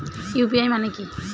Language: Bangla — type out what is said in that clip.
ইউ.পি.আই মানে কি?